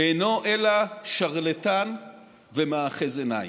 אינו אלא שרלטן ומאחז עיניים.